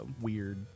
weird